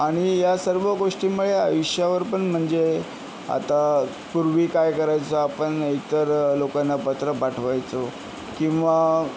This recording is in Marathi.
आणि या सर्व गोष्टींमुळे आयुष्यावर पण म्हणजे आता पूर्वी काय करायचो आपण एकतर लोकांना पत्र पाठवायचो किंवा